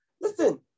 Listen